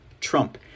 Trump